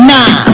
Nah